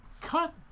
cut